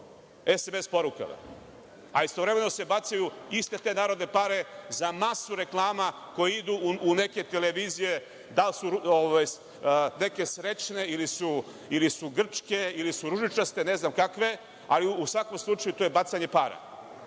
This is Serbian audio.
SMS porukama, a istovremeno se bacaju iste te narodne pare za masu reklama koje idu u neke televizije, da li su neke srećne ili su grčke, ili su ružičaste, ne znam kakve, ali u svakom slučaju to je bacanje para.